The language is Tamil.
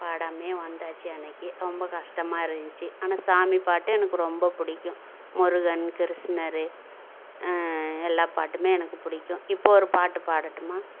பாடாமையே வந்தாச்சு அன்றைக்கி ரொம்ப கஷ்டமாக இருந்துச்சு ஆனால் சாமி பாட்டு எனக்கு ரொம்ப பிடிக்கும் முருகன் கிருஷ்ணர் எல்லா பாட்டுமே எனக்கு பிடிக்கும் இப்போ ஒரு பாட்டு பாடட்டுமா